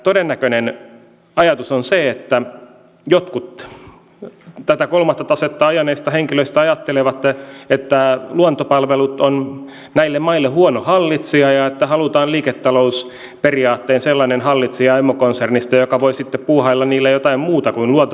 todennäköinen ajatus on se että jotkut tätä kolmatta tasetta ajaneista henkilöistä ajattelevat että luontopalvelut on näille maille huono hallitsija ja että halutaan liiketalousperiaatteella sellainen hallitsija emokonsernista joka voi sitten puuhailla niillä jotain muuta kuin luontopalvelut tekee